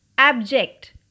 Abject